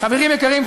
חברים יקרים,